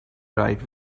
right